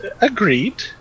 agreed